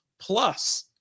plus